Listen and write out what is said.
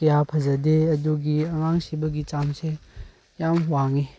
ꯀꯌꯥ ꯐꯖꯗꯦ ꯑꯗꯨꯒꯤ ꯑꯉꯥꯡ ꯁꯤꯕꯒꯤ ꯆꯥꯡꯁꯦ ꯌꯥꯝ ꯋꯥꯡꯏ